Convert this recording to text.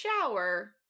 shower